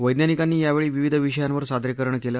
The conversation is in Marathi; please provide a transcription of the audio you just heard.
वैज्ञानिकांनी यावेळी विविध विषयांवर सादरीकरण केलं